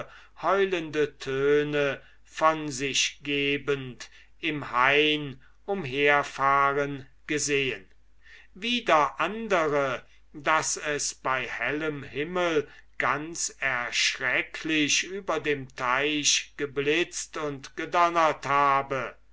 heulende töne von sich gebend im hain umherfahren gesehen wieder andere daß es bei hellem himmel ganz erschrecklich über dem teich geblitzt und gedonnert habe